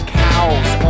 cows